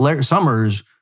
Summers